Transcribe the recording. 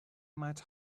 might